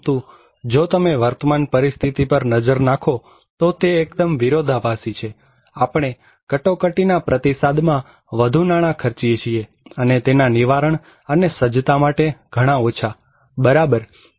પરંતુ જો તમે વર્તમાન પરિસ્થિતિ પર નજર નાખો તો તે એકદમ વિરોધાભાસી છે આપણે કટોકટીના પ્રતિસાદમાં વધુ નાણા ખર્ચી એ છીએ અને તેના નિવારણ અને સજ્જતા માટે ઘણા ઓછા બરાબર